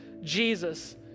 Jesus